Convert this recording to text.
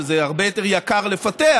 שזה הרבה יותר יקר לפתח,